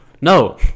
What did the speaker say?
No